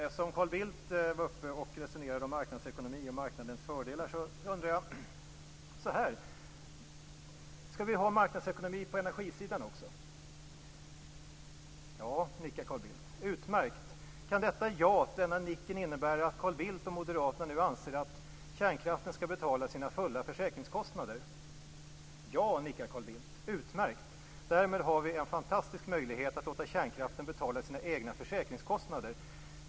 Eftersom Carl Bildt var uppe i talarstolen och resonerade om marknadsekonomi och marknadens fördelar undrar jag: Skall vi ha marknadsekonomi på energisidan också? Ja, nickar Carl Bildt. Utmärkt! Kan denna nick innebära att Carl Bildt och Moderaterna nu anser att kärnkraften skall betala sina fulla försäkringskostnader? Ja, nickar Carl Bildt. Utmärkt! Därmed har vi en fantastisk möjlighet att låta kärnkraften betala sina egna försäkringskostnader.